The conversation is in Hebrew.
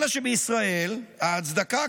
אלא שבישראל ההצדקה,